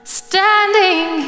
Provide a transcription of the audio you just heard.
standing